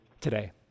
today